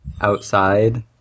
Outside